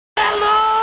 hello